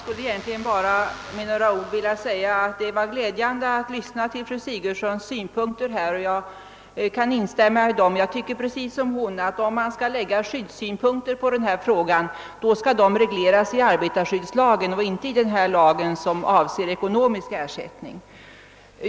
Herr talman! Jag skulle bara vilja säga att det var glädjande att lyssna till fru Sigurdsens anförande, i vilket jag kan instämma. Jag tycker precis som hon, att om man skall anlägga skyddssynpunkter på denna fråga, bör dessa förhållanden regleras i arbetarskyddslagen och inte i denna lag som avser den ekonomiska ersättningen.